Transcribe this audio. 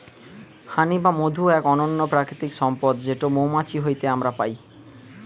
হানি বা মধু এক অনন্য প্রাকৃতিক সম্পদ যেটো মৌমাছি হইতে আমরা পাই